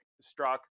struck